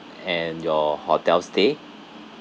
and your hotel stay